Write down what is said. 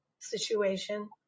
situation